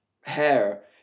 hair